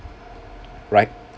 right